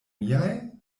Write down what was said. miaj